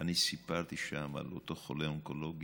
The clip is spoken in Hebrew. אני סיפרתי שם על אותו חולה אונקולוגי